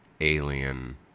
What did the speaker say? alien